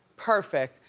perfect.